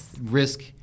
risk